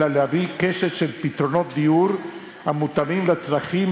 אלא יש להביא קשת של פתרונות דיור המותאמים לצרכים,